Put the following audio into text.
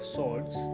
Swords